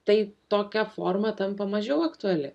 tai tokia forma tampa mažiau aktuali